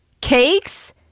cakes